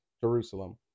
Jerusalem